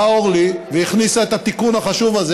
באה אורלי והכניסה את התיקון החשוב הזה,